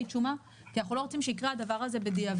שומה כי אנחנו לא רוצים שיקרה הדבר הזה בדיעבד.